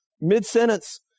Mid-sentence